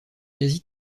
quasi